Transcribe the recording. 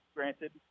Granted